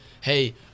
hey